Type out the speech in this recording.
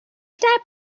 type